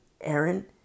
Aaron